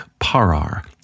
Parar